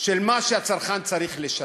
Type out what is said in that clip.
של מה שהצרכן צריך לשלם.